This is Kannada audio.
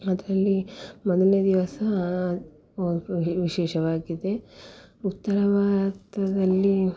ಅದರಲ್ಲಿ ಮೊದಲನೇ ದಿವಸ ವಿಶೇಷವಾಗಿದೆ ಉತ್ತರ ಭಾರತದಲ್ಲಿ